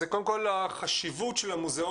זה קודם כל החשיבות של המוזיאונים,